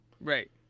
Right